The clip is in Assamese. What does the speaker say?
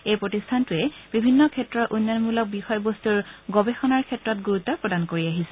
এই প্ৰতিষ্ঠানটোৱে বিভিন্ন ক্ষেত্ৰৰ উন্নয়নমূলক বিষয়বস্তুৰ গৱেষণাৰ ক্ষেত্ৰত গুৰুত্ব প্ৰদান কৰি আহিছে